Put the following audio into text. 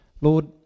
Lord